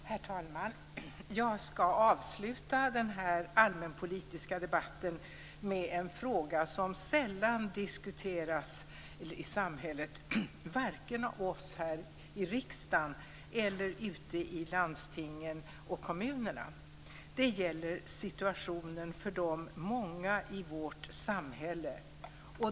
Herr talman! Jag ska avsluta den här allmänpolitiska debatten med en fråga som sällan diskuteras i samhället, varken av oss här i riksdagen eller ute i landstingen och kommunerna. Den gäller situationen för många i vårt samhälle.